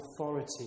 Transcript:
authority